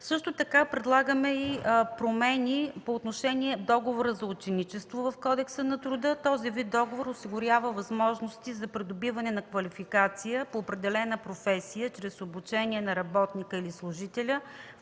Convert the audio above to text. Също така предлагаме и промени по отношение на договора за ученичество в Кодекса на труда. Този вид договор осигурява възможности за придобиване на квалификация по определена професия чрез обучение на работника или служителя